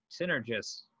synergists